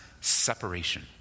separation